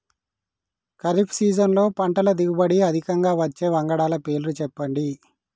ఖరీఫ్ సీజన్లో పంటల దిగుబడి అధికంగా వచ్చే వంగడాల పేర్లు చెప్పండి?